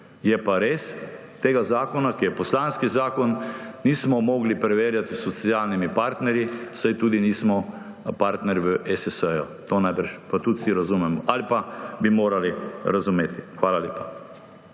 Je pa res, tega zakona, ki je poslanski zakon, nismo mogli preverjati s socialnimi partnerji, saj tudi nismo partner v ESS. To pa najbrž tudi vsi razumemo ali bi morali razumeti. Hvala lepa.